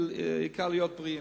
העיקר, להיות בריאים.